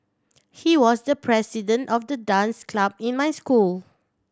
he was the president of the dance club in my school